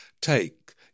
take